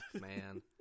man